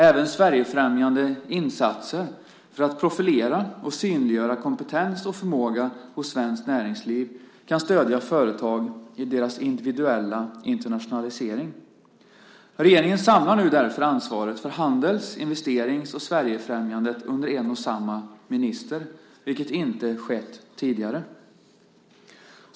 Även Sverigefrämjande insatser för att profilera och synliggöra kompetens och förmåga hos svenskt näringsliv kan stödja företag i deras individuella internationalisering. Regeringen samlar nu därför ansvaret för handels-, investerings och Sverigefrämjandet under en och samma minister, vilket inte skett tidigare.